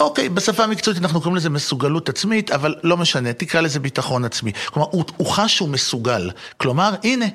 אוקיי, בשפה המקצועית אנחנו קוראים לזה מסוגלות עצמית, אבל לא משנה, תקרא לזה ביטחון עצמי. כלומר, הוא חש שהוא מסוגל. כלומר, הנה.